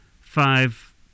five